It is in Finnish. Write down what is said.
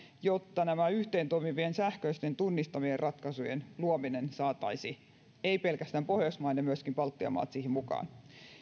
jotta yhteen toimivien sähköisen tunnistautumisen ratkaisujen luomiseen saataisiin ei pelkästään pohjoismaat vaan myöskin baltian maat mukaan